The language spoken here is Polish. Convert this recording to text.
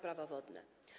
Prawo wodne.